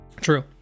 True